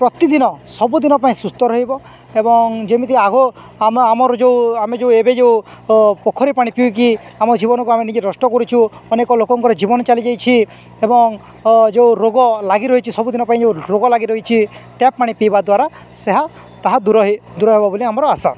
ପ୍ରତିଦିନ ସବୁଦିନ ପାଇଁ ସୁସ୍ଥ ରହିବ ଏବଂ ଯେମିତି ଆଗ ଆମ ଆମର ଯେଉଁ ଆମେ ଯେଉଁ ଏବେ ଯେଉଁ ପୋଖରୀ ପାଣି ପିଇକି ଆମ ଜୀବନକୁ ଆମେ ନିଜେ ନଷ୍ଟ କରୁଛୁ ଅନେକ ଲୋକଙ୍କର ଜୀବନ ଚାଲିଯାଇଛି ଏବଂ ଯେଉଁ ରୋଗ ଲାଗି ରହିଛି ସବୁଦିନ ପାଇଁ ଯେଉଁ ରୋଗ ଲାଗି ରହିଛି ଟ୍ୟାପ୍ ପାଣି ପିଇବା ଦ୍ୱାରା ସେହା ତାହା ଦୂର ଦୂରହବ ବୋଲି ଆମର ଆଶା